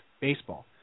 baseball